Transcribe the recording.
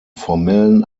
formellen